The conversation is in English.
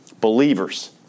believers